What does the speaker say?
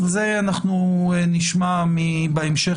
על זה אנחנו נשמע בהמשך,